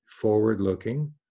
forward-looking